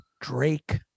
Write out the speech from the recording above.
Drake